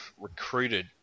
recruited